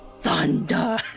Thunder